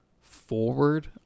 forward